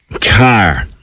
car